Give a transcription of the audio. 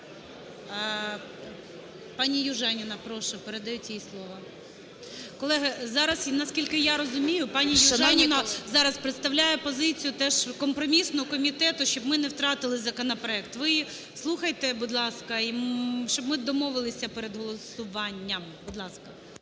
Шановні колеги… ГОЛОВУЮЧИЙ. Колеги, зараз, наскільки я розумію, пані Южаніна зараз представляє позицію теж компромісну комітету, щоб ми не втратили законопроект. Ви слухайте, будь ласка, щоб ми домовилися перед голосуванням.